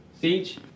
Siege